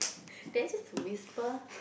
did I just whisper